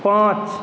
पाँच